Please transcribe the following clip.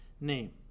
name